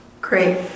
Great